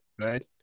Right